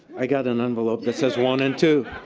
i got an envelope that says one and two.